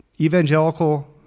evangelical